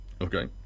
Okay